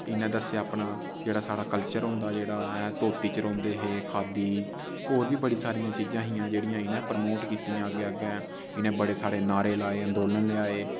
इनें दस्सेया अपना जेह्ड़ा साढ़ा कल्चर होंदा जेह्ड़ा धोती च रौह्ंदे हे खाद्दी और बी बड़ी सारियां चीजां हियां जेह्ड़ियां इनैं प्रोमोट कीतियां अग्गै अग्गै इनै बड़े सारे नारे लाये आन्दोलन लेआये ते